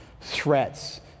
threats